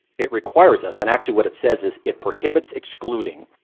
it requires us and actually what it says is it prohibits excluding,